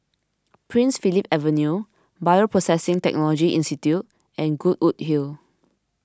Prince Philip Avenue Bioprocessing Technology Institute and Goodwood Hill